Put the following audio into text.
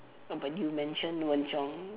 uh but you mentioned Wen Zhong